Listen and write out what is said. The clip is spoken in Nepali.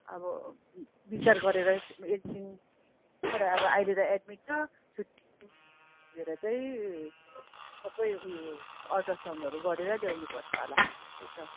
अब बिचार गरेर एक दिनबाट अब अहिले त एड्मिट छ छुट्टि भएर चाहिँ सबै उयो अल्ट्रासाउन्डहरू गरेर ल्याउनु पर्छ होला जस्तै छ